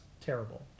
terrible